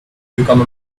become